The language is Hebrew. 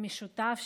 המשותף,